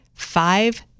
Five